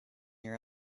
your